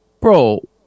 bro